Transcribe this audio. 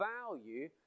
value